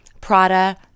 Prada